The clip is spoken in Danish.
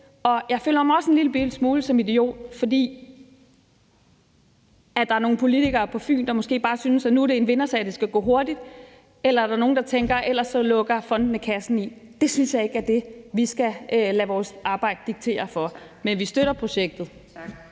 og jeg føler mig også en lillebitte smule som en idiot, fordi der er nogle politikere på Fyn, der måske bare synes, at det nu er en vindersag, og at det skal gå hurtigt. Eller også er der nogen, der tænker, at ellers lukker fondene kassen i. Det synes jeg ikke er det, vi skal lade vores arbejde diktere af. Men vi støtter projektet.